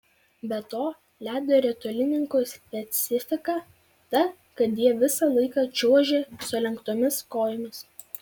be to ledo ritulininkų specifika ta kad jie visą laiką čiuožia sulenktomis kojomis